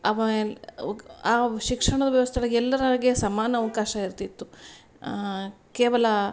ಆವಯಿಲ್ ಆ ಶಿಕ್ಷಣದ ವ್ಯವಸ್ಥೆಯೊಳಗೆ ಎಲ್ಲರಾಗೆ ಸಮಾನ ಅವಕಾಶ ಇರ್ತಿತ್ತು ಕೇವಲ